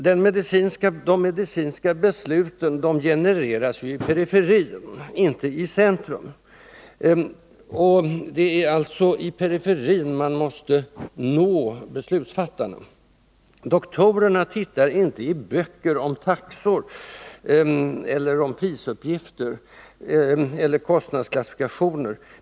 De medicinska besluten genereras ju i periferin — inte i centrum. Det är alltså i periferin man måste nå beslutsfattarna. Doktorerna tittar inte i böcker om taxor, prisuppgifter eller kostnadsklassifikationer.